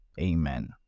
amen